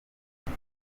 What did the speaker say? iyi